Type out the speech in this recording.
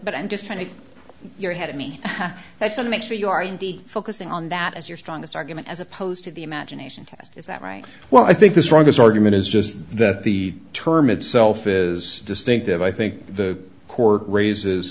but i'm just trying to you're ahead of me let's make sure you are indeed focusing on that as your strongest argument as opposed to the imagination is that right well i think the strongest argument is just that the term itself is distinctive i think the court raises